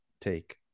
take